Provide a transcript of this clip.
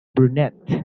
brunette